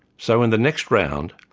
so in the next round,